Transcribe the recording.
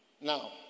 Now